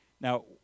Now